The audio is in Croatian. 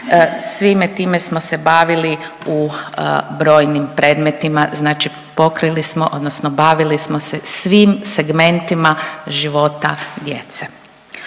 svime time smo se bavili u brojnim predmetima, znači pokrili smo odnosno bavili smo se svim segmentima života djece.